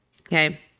okay